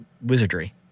wizardry